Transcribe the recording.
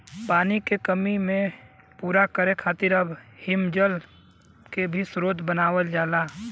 पानी के कमी के पूरा करे खातिर अब हिमजल के भी स्रोत बनावल जाला